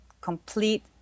complete